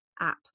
app